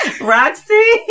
Roxy